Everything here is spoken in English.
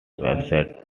website